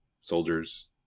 soldiers